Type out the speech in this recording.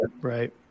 Right